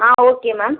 ah okay ma'am